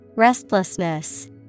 Restlessness